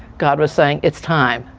god was saying it's time.